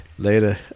Later